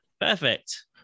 Perfect